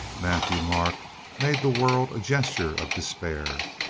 matthieu-marc made the world a gesture of de spair.